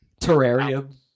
Terrarium